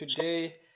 today